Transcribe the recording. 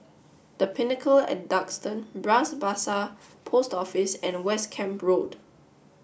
the Pinnacle at Duxton Bras Basah Post Office and West Camp Road